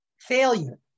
failure